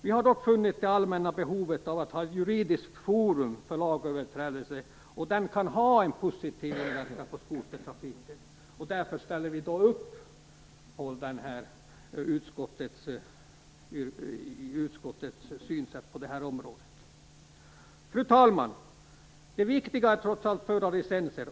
Vi har dock funnit att det allmänna behovet av att ha ett juridiskt forum för lagöverträdelser kan ha en positiv verkan på skotertrafiken. Därför ställer vi upp på utskottets synsätt på det området. Fru talman! Det viktiga är trots allt förarlicenser.